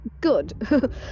good